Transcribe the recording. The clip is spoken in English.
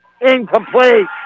incomplete